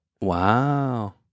wow